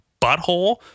butthole